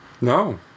No